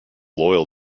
loyal